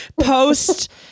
post